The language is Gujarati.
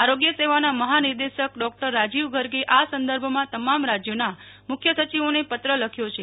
આરોગ્ય સેવાના મહાનિર્દેશક ડોકટર રાજીવ ગર્ગે આ સંદર્ભમાં તમામ રાજ્યોના મુખ્ય સચિવોને પત્ર લખ્યો છે